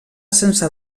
sense